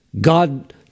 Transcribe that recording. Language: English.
God